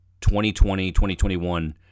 2020-2021